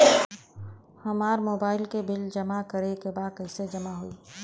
हमार मोबाइल के बिल जमा करे बा कैसे जमा होई?